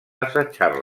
assetjar